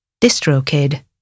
DistroKid